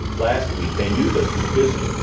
last week, they knew they'd be busy.